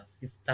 sister